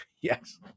Yes